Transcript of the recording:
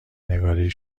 نگاری